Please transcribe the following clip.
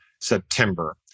September